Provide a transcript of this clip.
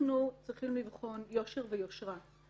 אנחנו צריכים לבחון יושר ויושרה.